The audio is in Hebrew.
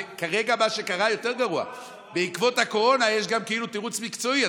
וכרגע מה שקרה זה יותר גרוע: בעקבות הקורונה יש גם כאילו תירוץ מקצועי.